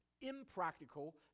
impractical